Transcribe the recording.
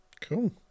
Cool